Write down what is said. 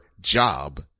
job